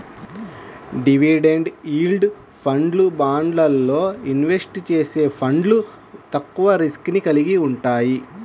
dividend yield ఫండ్లు, బాండ్లల్లో invest చేసే ఫండ్లు తక్కువ రిస్క్ ని కలిగి వుంటయ్యి